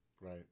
right